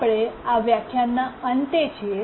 આપણે આ વ્યાખ્યાનના અંતે છીએ